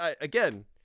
again –